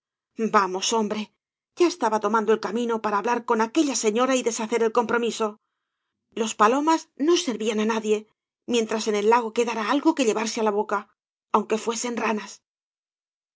vamos hombre ya estaba tomando el camino para hablar con aquella señora y deshacer el compromiso los palomas no servían á nadie mientras en el lago quedara algo que llevarse á la boca aunque fuesen ranas